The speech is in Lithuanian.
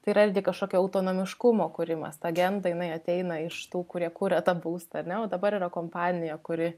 tai yra irgi kažkokio autonomiškumo kūrimas agenda jinai ateina iš tų kurie kuria tą būstą ar ne o dabar yra kompanija kuri